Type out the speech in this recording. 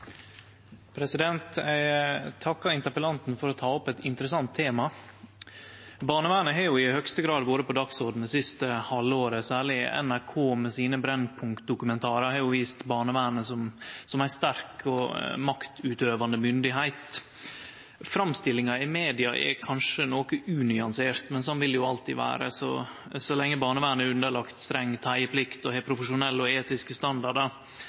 Eg takkar interpellanten for å ta opp eit interessant tema. Barnevernet har jo i høgste grad vore på dagsordenen det siste halvåret. Særleg NRK med sine Brennpunkt-dokumentarar har vist barnevernet som ei sterk og maktutøvande myndigheit. Framstillinga i media er kanskje noko unyansert, men slik vil det alltid vere så lenge barnevernet er underlagt streng teieplikt og har profesjonelle og etiske standardar.